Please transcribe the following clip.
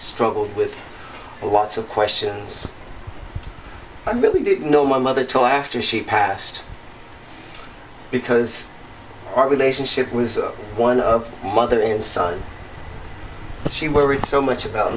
struggle with lots of questions i really didn't know my mother told after she passed because our relationship was one of mother and son she worried so much about